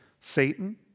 Satan